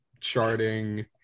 charting